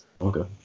Okay